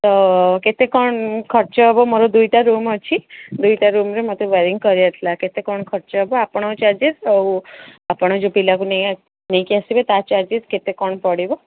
ତ କେତେ କ'ଣ ଖର୍ଚ୍ଚ ହେବ ମୋର ଦୁଇଟା ରୁମ୍ ଅଛି ଦୁଇଟା ରୁମ୍ରେ ମୋତେ ୱେୟାରିଂ କରିବାର ଥିଲା କେତେ କ'ଣ ଖର୍ଚ୍ଚ ହେବ ଆପଣଙ୍କ ଚାର୍ଜେସ୍ ଆଉ ଆପଣ ଯୋଉ ପିଲାକୁ ନେଇ ନେଇକି ଆସିବେ ତା ଚାର୍ଜେସ୍ କେତେ କ'ଣ ପଡ଼ିବ